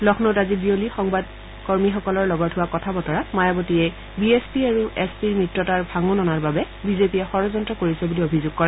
লক্ষ্ণৌত আজি বিয়লি সংবাদকৰ্মীসকলৰ লগত হোৱা কথা বতৰাত মায়াৱতীয়ে বি এছ পি আৰু এছ পিৰ মিত্ৰতাৰ ভাঙোন অনাৰ বাবে বিজেপিয়ে ষড়্যন্ত কৰিছে বুলি অভিযোগ কৰে